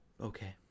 Okay